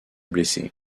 blessé